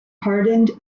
pardoned